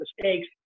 mistakes